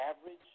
average